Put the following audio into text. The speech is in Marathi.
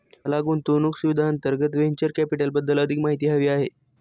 मला गुंतवणूक सुविधांअंतर्गत व्हेंचर कॅपिटलबद्दल अधिक माहिती हवी आहे